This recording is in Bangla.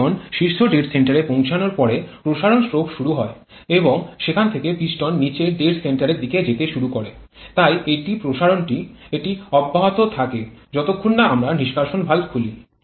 পিস্টন শীর্ষ ডেড সেন্টারে পৌঁছানোর পরে প্রসারণ স্ট্রোক শুরু হয় এবং সেখান থেকে পিস্টন নীচের ডেড সেন্টারে দিকে যেতে শুরু করে তাই এটি প্রসারণটি এটি অব্যাহত থাকে যতক্ষণ না আমরা নিষ্কাশন ভালভ খুলি